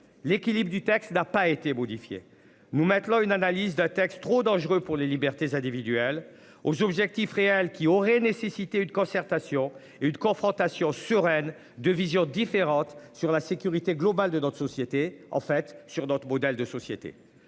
l'équilibre du texte n'a pas été modifiée, nous maintenant une analyse de texte trop dangereux pour les libertés individuelles aux objectifs réels qui aurait nécessité une concertation une confrontation sereine 2 visions différentes sur la sécurité globale de notre société en fait sur d'autre modèle de société.